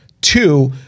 Two